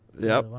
yeah.